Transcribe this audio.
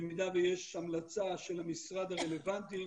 במידה שיש המלצה של המשרד הרלוונטי,